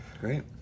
Great